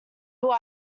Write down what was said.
who